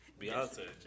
Beyonce